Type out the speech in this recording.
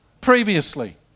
previously